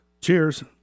Cheers